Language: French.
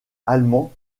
allemand